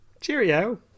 Cheerio